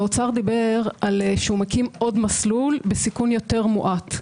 האוצר דיבר שהוא מקים עוד מסלול בסיכון יותר מועט.